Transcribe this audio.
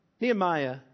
Nehemiah